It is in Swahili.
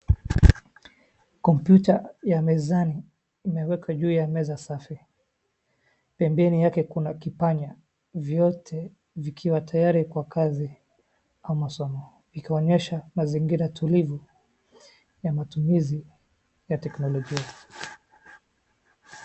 Kompyuta ya mezani imewekwa juu ya meza safi. Pembeni yake kuna kipanya, vyote vikiwa tayari kwa kazi ama somo. Ikionyesha mazingira tulivu ya matumizi ya teknolojia.